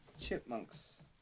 chipmunks